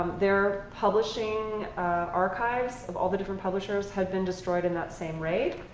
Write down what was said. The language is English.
their publishing archives of all the different publishers had been destroyed in that same raid.